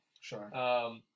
Sure